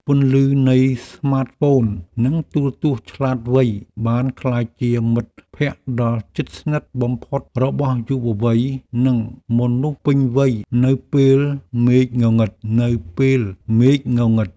ពន្លឺនៃស្មាតហ្វូននិងទូរទស្សន៍ឆ្លាតវៃបានក្លាយជាមិត្តភក្តិដ៏ជិតស្និទ្ធបំផុតរបស់យុវវ័យនិងមនុស្សពេញវ័យនៅពេលមេឃងងឹត។